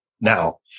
now